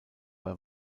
bei